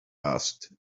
asked